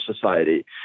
society